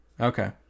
Okay